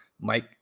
Mike